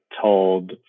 told